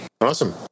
Awesome